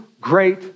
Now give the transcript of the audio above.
great